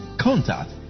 contact